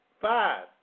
Five